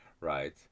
right